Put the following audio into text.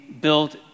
built